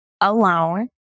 alone